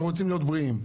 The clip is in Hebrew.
אנחנו רוצים להיות בריאים.